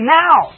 now